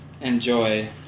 enjoy